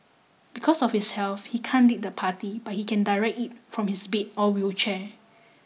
because of his health he can't lead the party but he can direct it from his bed or wheelchair